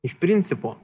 iš principo